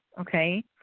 Okay